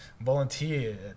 volunteer